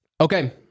Okay